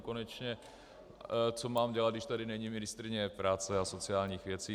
Konečně co mám dělat, když tady není ministryně práce a sociálních věcí?